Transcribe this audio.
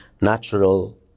natural